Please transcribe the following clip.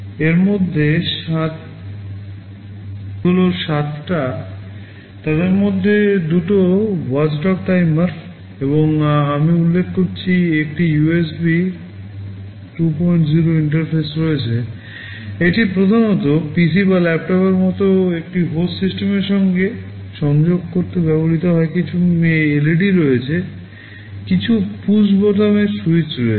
এর মধ্যে এই হল 7 টা তাদের মধ্যে দুটো ওয়াচডগ টাইমার সাথে সংযোগ করতে ব্যবহৃত হয় কিছু LED রয়েছে কিছু পুশ বোতামের স্যুইচ রয়েছে